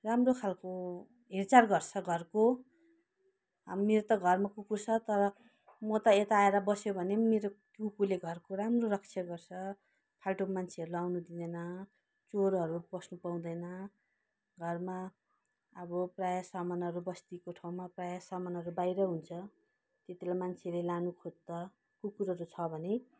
राम्रो खालको हेरचाह गर्छ घरको अब मेरो त घरमा कुकुर छ तर म त यता आएर बस्यो भने पनि मेरो कुकुरले घरको राम्रो रक्षा गर्छ फाल्टु मान्छेहरूलाई आउनु दिँदैन चोरहरू पस्नु पाउँदैन घरमा अब प्राय जस्तो सामानहरू बस्तीको ठाउँमा प्राय सामानहरू बाहिर हुन्छ त्यतिबेला मान्छेले लानु खोज्छ कुकुरहरू छ भने